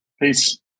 Peace